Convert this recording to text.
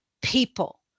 people